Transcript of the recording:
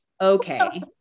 Okay